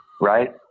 right